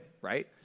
right